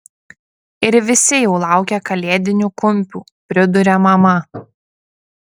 ir visi jau laukia kalėdinių kumpių priduria mama